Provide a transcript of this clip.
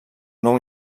nou